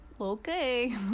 Okay